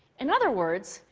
in other words,